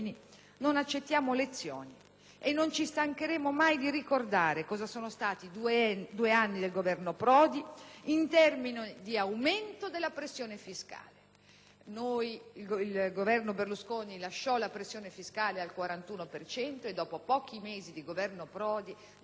e non ci stancheremo mai di ricordare cosa sono stati due anni del Governo Prodi in termini di aumento della pressione fiscale. Il Governo Berlusconi lasciò la pressione fiscale al 41 per cento e questa fu aumentata dopo pochi mesi di Governo Prodi, dal primo decreto Visco-Bersani;